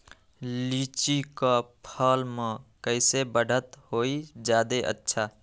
लिचि क फल म कईसे बढ़त होई जादे अच्छा?